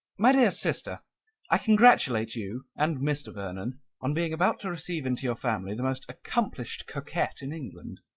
my dear sister i congratulate you and mr. vernon on being about to receive into your family the most accomplished coquette in england.